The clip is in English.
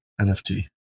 NFT